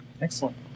excellent